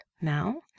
now